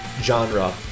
genre